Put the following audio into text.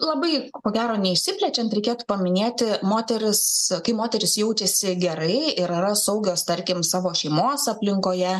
labai ko gero neišsiplečiant reikėtų paminėti moteris kai moteris jaučiasi gerai ir yra saugios tarkim savo šeimos aplinkoje